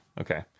Okay